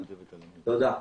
תודה.